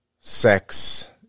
sex